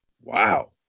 wow